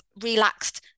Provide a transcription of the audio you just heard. relaxed